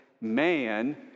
man